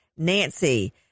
Nancy